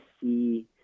see